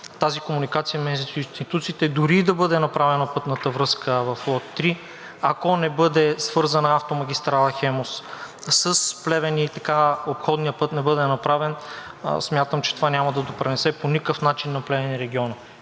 тази комуникация между институциите, дори и да бъде направена пътната връзка в лот 3, ако не бъде свързана автомагистрала „Хемус“ с Плевен и обходният път не бъде направен, смятам, че това няма да допринесе по никакъв начин за Плевен и региона.